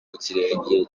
kirenge